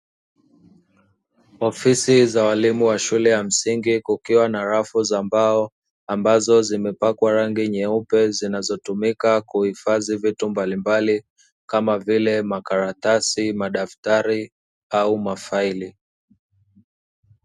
Ofisi za walimu wa shule ya msingi kukiwa na rafu za mbao, ambazo zimepakwa rangi nyeupe zinazotumika kuhifadhi vitu mbalimbali, kama vile makaratasi madaftari au mafaili.